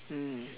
mm